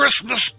Christmas